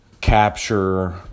capture